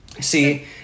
See